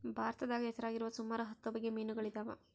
ಭಾರತದಾಗ ಹೆಸರಾಗಿರುವ ಸುಮಾರು ಹತ್ತು ಬಗೆ ಮೀನುಗಳಿದವ